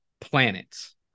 planets